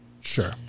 Sure